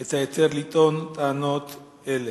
את ההיתר לטעון טענות אלה?